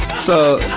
so,